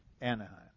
Anaheim